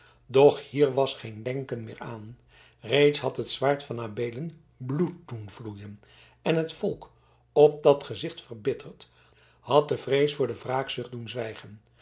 doch hier was geen denken meer aan reeds had het zwaard van adeelen bloed doen vloeien en het volk op dat gezicht verbitterd had de vrees voor de wraakzucht doen zwijgen